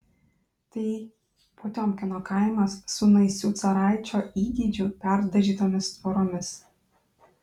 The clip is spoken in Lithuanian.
tai potiomkino kaimas su naisių caraičio įgeidžiu perdažytomis tvoromis